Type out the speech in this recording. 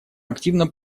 активно